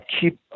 keep